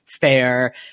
Fair